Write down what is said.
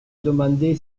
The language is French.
demandé